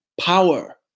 power